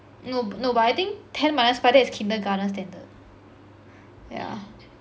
no no but I think ten minus five that is kindergarten standard yeah